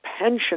pension